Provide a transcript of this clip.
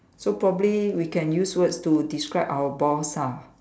so probably we can use words to describe our boss ah